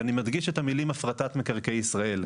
ואני מדגיש את המילים הפרטת מקרקעי ישראל,